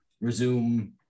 resume